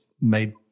made